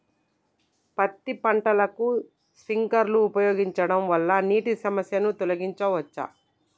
పత్తి పంటకు స్ప్రింక్లర్లు ఉపయోగించడం వల్ల నీటి సమస్యను తొలగించవచ్చా?